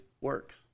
works